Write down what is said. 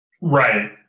Right